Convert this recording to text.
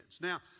Now